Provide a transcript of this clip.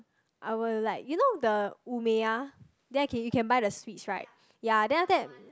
I will like you know the Umeya then I can you can buy the sweets right ya then after that